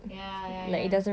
ya ya ya